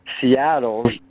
Seattle